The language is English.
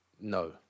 no